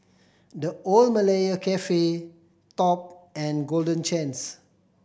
The Old Malaya Cafe Top and Golden Chance